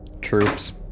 Troops